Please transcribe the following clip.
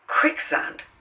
Quicksand